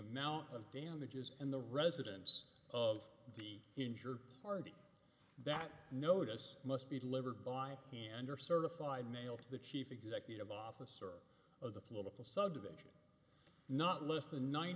amount of damages and the residence of the injured party that notice must be delivered by and or certified mail to the chief executive officer of the political subdivision not less than nine